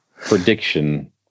prediction